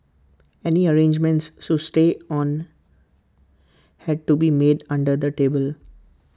any arrangements to stay on had to be made under the table